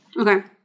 Okay